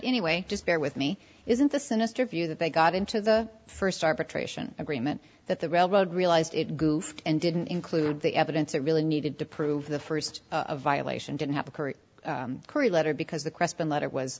anyway just bear with me isn't the sinister view that they got into the first arbitration agreement that the railroad realized it goofed and didn't include the evidence it really needed to prove the first a violation didn't have the courage cory letter because the question letter was